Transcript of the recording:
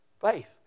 Faith